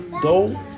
go